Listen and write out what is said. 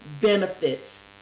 benefits